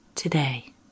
Today